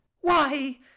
Why—